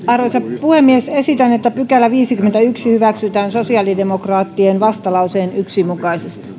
arvoisa puhemies esitän että viideskymmenesensimmäinen pykälä hyväksytään sosiaalidemokraattien vastalauseen yksi mukaisesti